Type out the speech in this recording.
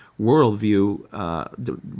worldview